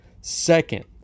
Second